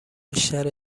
بیشتر